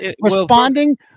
Responding